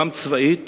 גם צבאית